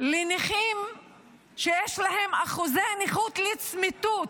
לנכים שיש להם אחוזי נכות לצמיתות,